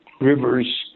rivers